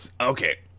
Okay